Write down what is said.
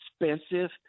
expensive